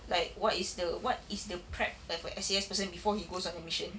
like what is the what is the prep like for a S_A_F person before he goes on a mission